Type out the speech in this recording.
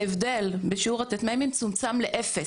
ההבדל בשיעור הט"מ צומצם לאפס.